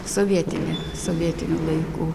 sovietinė sovietinių laikų